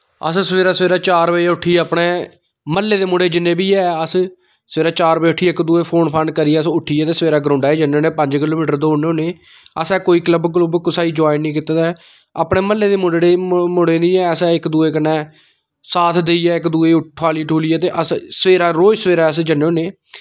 अस सवेरै सवेरै चार बजे उट्ठी अपने म्हल्ले दे मुड़े जि'ने बी ऐ अस सवेरै चार बजे उट्ठी इक दूए गी फोन फान करियै अस उट्ठियै ते सवेरै ग्राउड़ च जन्ने होन्ने आं पंज किलोमीटर दौड़ने होन्ने असें कोई क्लब कलूब कुसै गी जाइन निं कीते दा ऐ अपने मह्ल्ले दे मुड़े दी ऐ अस इक दूए कन्नै साथ देइयै इक दूए ठोआली ठुएलियै ते अस सवेरै रोज सवेरै अस जन्ने होन्ने